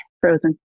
Frozen